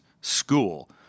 school